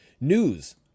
news